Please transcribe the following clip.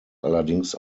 allerdings